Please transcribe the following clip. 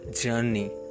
journey